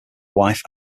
wife